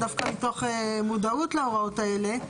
דווקא מתוך מודעות להוראות האלה.